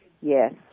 Yes